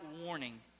warning